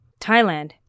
Thailand